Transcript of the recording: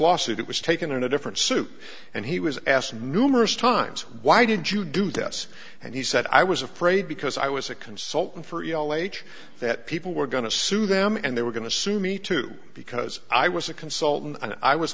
lawsuit it was taken in a different suit and he was asked numerous times why did you do this and he said i was afraid because i was a consultant for l h that people were going to sue them and they were going to sue me too because i was a consultant and i was